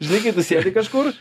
žinai kai tu sėdi kažkur